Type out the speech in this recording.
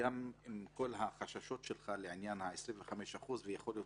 שעם כל החששות שלך בעניין ה-25% ויכול להיות